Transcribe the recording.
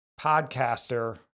podcaster